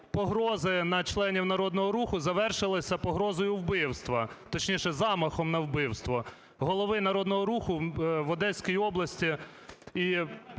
погрози на членів Народного Руху завершилися погрозою вбивства, точніше замаху на вбивство голови Народного Руху в Одеській області.